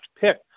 pick